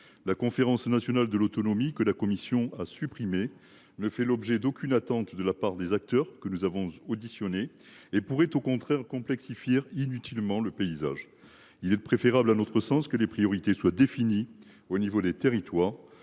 La conférence nationale de l’autonomie, que la commission a supprimée, ne fait l’objet d’aucune attente de la part des acteurs auditionnés et pourrait, au contraire, complexifier inutilement le paysage. Il est préférable que les priorités soient définies, à l’échelon des territoires,